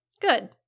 Good